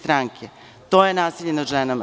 To je nasilje nad ženama.